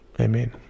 Amen